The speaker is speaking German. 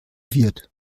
wird